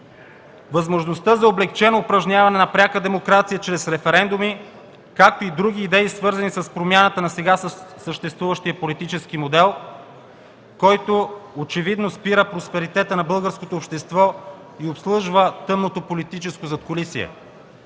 Възможността за облекчено упражняване на пряка демокрация чрез референдуми, както и други идеи, свързани с промяната на сега съществуващия политически модел, който очевидно спира просперитета на българското общество и обслужва тъмното политическо задкулисие!